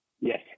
Yes